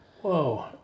Whoa